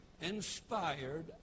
inspired